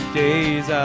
days